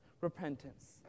repentance